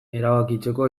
erabakitzeko